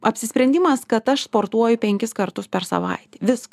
apsisprendimas kad aš sportuoju penkis kartus per savaitę viskas